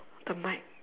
the mic